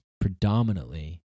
predominantly